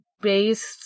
based